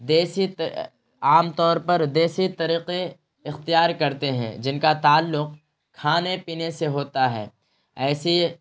دیسی عام طور پر دیسی طریقے اختیار کرتے ہیں جن کا تعلق کھانے پینے سے ہوتا ہے ایسی